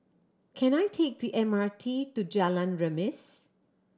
can I take the M R T to Jalan Remis